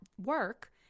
work